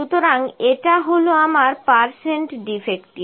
সুতরাং এটা হল আমার পার্সেন্ট ডিফেক্টিভ